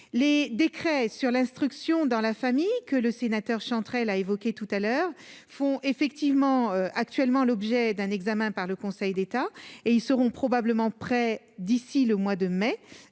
les décrets sur l'instruction dans la famille que le sénateur Chantrel a évoqué tout à l'heure font effectivement actuellement l'objet d'un examen par le Conseil d'État et ils seront probablement prêts d'ici le mois de mai